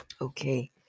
Okay